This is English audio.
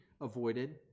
avoided